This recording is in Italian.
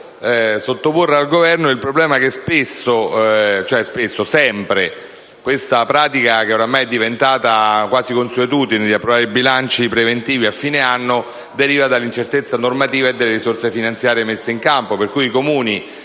desidero sottoporre al Governo il problema che spesso, o meglio, sempre, questa pratica, che oramai è diventata quasi consuetudine, di approvare i bilanci preventivi a fine anno, deriva dall'incertezza normativa delle risorse finanziarie messe in campo per cui i Comuni